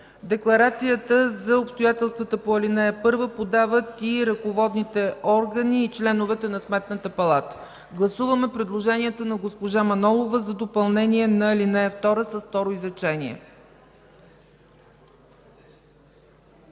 „Декларацията за обстоятелствата по ал. 1 подават и ръководните органи, и членовете на Сметната палата”. Гласуваме предложението на госпожа Манолова за допълнение на ал. 2 с второ изречение.